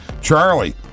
Charlie